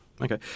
Okay